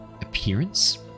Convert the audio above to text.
appearance